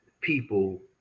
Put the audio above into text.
people